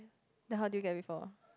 then how do you get before